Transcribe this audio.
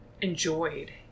enjoyed